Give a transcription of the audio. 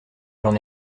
j’en